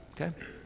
okay